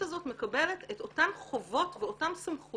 הזו מקבלת את אותן חובות ואותן סמכויות